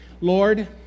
Lord